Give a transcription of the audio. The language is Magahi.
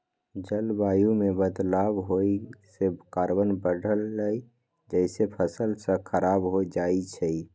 जलवायु में बदलाव होए से कार्बन बढ़लई जेसे फसल स खराब हो जाई छई